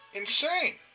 insane